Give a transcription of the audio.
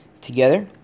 together